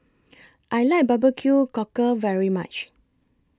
I like Barbecue Cockle very much